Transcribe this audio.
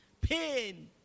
Pain